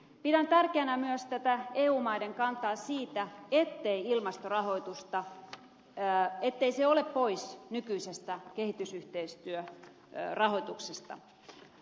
pidän tärkeänä myös tätä eu maiden kantaa siitä ettei ilmastorahoitus ole pois nykyisestä kehitysyhteistyörahoituksesta